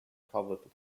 covered